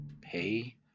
pay